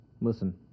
listen